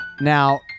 Now